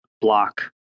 block